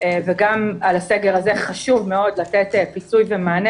שגם עליו חשוב לתת מענה,